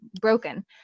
broken